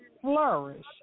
flourish